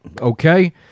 okay